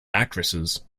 actresses